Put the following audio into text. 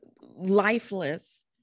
lifeless